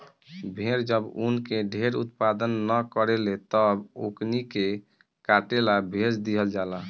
भेड़ जब ऊन के ढेर उत्पादन न करेले तब ओकनी के काटे ला भेज दीहल जाला